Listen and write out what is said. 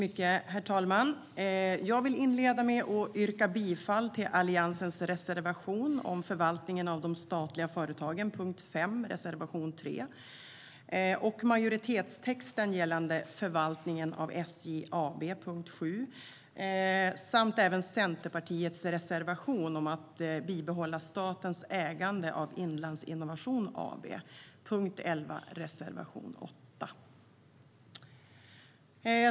Herr talman! Jag vill inleda med att yrka bifall till Alliansens reservation om förvaltningen av de statliga företagen, punkt 5, reservation 3 och majoritetstexten gällande förvaltningen av SJ AB, punkt 7 samt även Centerpartiets reservation om att bibehålla statens ägande av Inlandsinnovation AB, punkt 11, reservation 8.